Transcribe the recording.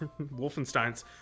Wolfensteins